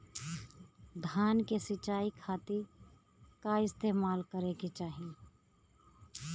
धान के सिंचाई खाती का इस्तेमाल करे के चाही?